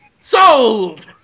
Sold